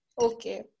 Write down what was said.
Okay